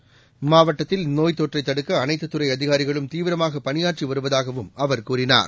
seconds மாவட்டத்தில் நோய்த் தொற்றைத் தடுக்க அனைத்து துறை அதிகாரிகளும் தீவிரமாக பணியாற்றி வருவதாகவும் அவர் கூறினார்